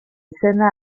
izena